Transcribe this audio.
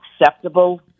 acceptable